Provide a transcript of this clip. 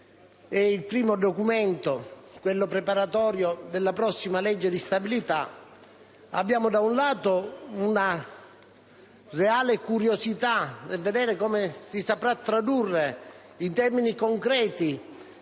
il primo documento, quello preparatorio della prossima legge di stabilità, da un lato abbiamo una reale curiosità di vedere come si saprà tradurre, in termini concreti,